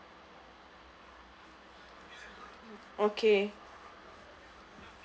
okay